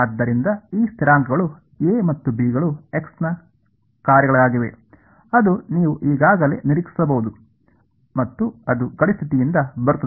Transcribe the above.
ಆದ್ದರಿಂದ ಈ ಸ್ಥಿರಾಂಕಗಳು A ಮತ್ತು B ಗಳು x ನ ಕಾರ್ಯಗಳಾಗಿವೆ ಅದು ನೀವು ಈಗಲೇ ನಿರೀಕ್ಷಿಸಬಹುದು ಮತ್ತು ಅದು ಗಡಿ ಸ್ಥಿತಿಯಿಂದ ಬರುತ್ತದೆ